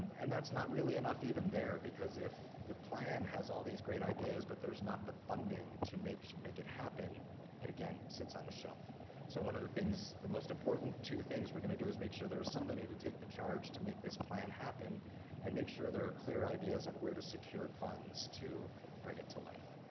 and that's not really enough even there because if the plan has all these great ideas but there's not the funding to make should make it happen and again sits on the shelf so one of the things the most important two things we're to do is make sure there is somebody to take the charge to make this plan happen and make sure there are clear ideas on where to secure funds to bring it to life